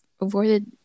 avoided